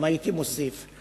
הייתי גם מוסיף,